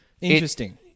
Interesting